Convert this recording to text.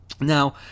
Now